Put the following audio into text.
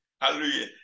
Hallelujah